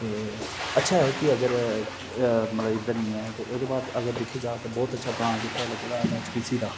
ते अच्छा ऐ कि अगर मतलब इद्धर नेईं ऐ ते ओह्दे बाद अगर दिक्खेआ जा ते बहुत अच्छा प्लांट इत्थे लग्गे दा एन एच पी सी दा